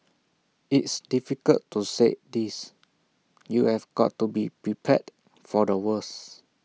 it's difficult to say this you've got to be prepared for the worst